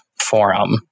forum